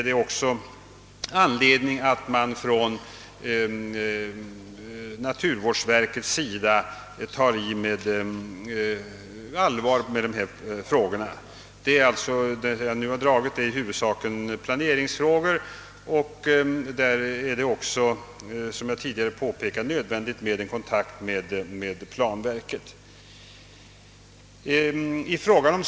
Det finns anledning för naturvårdsverket att på allvar ta itu med dessa frågor. Vad jag nu talat om är alltså i huvudsak planeringsfrågor, och därvidlag är det, som jag tidigare påpekade, nödvändigt med kontakt med planverket.